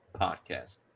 podcast